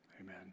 Amen